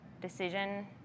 decision